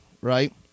right